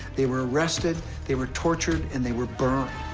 they were arrested, they were tortured, and they were burned.